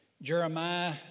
Jeremiah